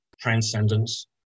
Transcendence